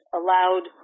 allowed